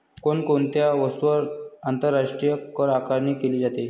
कोण कोणत्या वस्तूंवर आंतरराष्ट्रीय करआकारणी केली जाते?